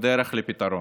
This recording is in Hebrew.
בדרך לפתרון.